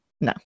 no